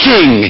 King